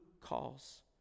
calls